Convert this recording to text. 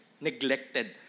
neglected